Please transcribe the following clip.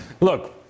Look